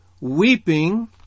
Weeping